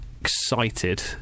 excited